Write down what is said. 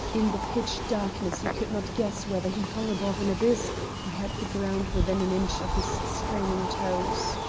in the pitch darkness he could not guess whether he hung above an abyss or had the ground within an inch of his straining toes.